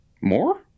More